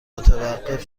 متوقف